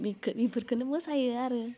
बिखो बेफोरखोनो मोसायो आरो